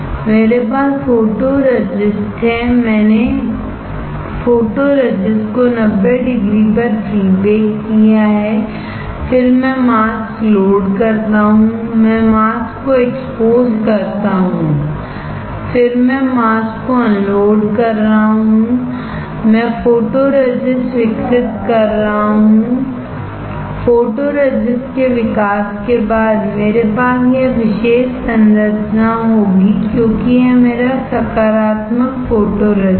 मेरे पास फोटोरेसिस्ट है मैंने फोटोरेसिस्ट को 90 डिग्री पर प्री बेक किया है फिर मैं मास्क लोड करता हूँ मैं मास्क को एक्सपोज़ करता हूँ फिर मैं मास्क को अनलोड कर रहा हूँ मैं फोटोरेसिस्टविकसित कर रहा हूं फोटोरेसिस्ट के विकास के बाद मेरे पास यह विशेष संरचना होगी क्योंकि यह मेरा सकारात्मक फोटोरेसिस्ट है